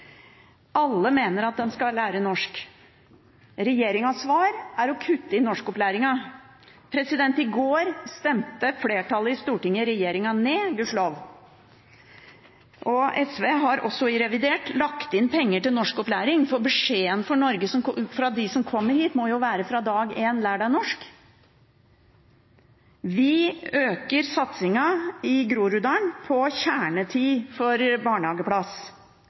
Alle mener at de skal lære norsk. Regjeringens svar er å kutte i norskopplæringen. I går stemte flertallet i Stortinget regjeringen ned, gudskjelov, og SV har også i revidert lagt inn penger til norskopplæring, for beskjeden fra Norge til dem som kommer hit, må jo være fra dag én: lær deg norsk! Vi øker satsingen i Groruddalen på kjernetid for barnehageplass.